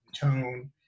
tone